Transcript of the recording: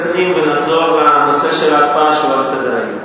נהיה רציניים ונחזור לנושא של ההקפאה שהוא על סדר-היום.